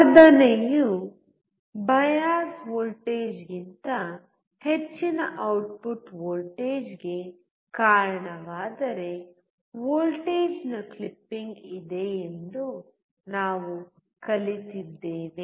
ವರ್ಧನೆಯು bias ವೋಲ್ಟೇಜ್ಗಿಂತ ಹೆಚ್ಚಿನ output ವೋಲ್ಟೇಜ್ಗೆ ಕಾರಣವಾದರೆ ವೋಲ್ಟೇಜ್ನ ಕ್ಲಿಪಿಂಗ್ ಇದೆ ಎಂದು ನಾವು ಕಲಿತಿದ್ದೇವೆ